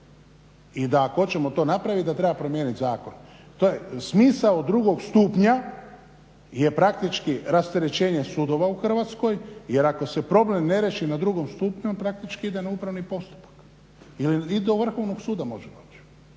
i da ako hoćemo to napraviti da treba promijeniti zakon. To je smisao drugog stupnja je praktički rasterećenje sudova u Hrvatskoj jer ako se problem ne riješi na drugom stupnju, praktički ide na upravni postupak i do Vrhovnog suda možemo